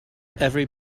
every